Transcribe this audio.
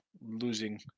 losing